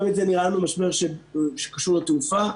זה נראה לנו משבר שקשור לתעופה,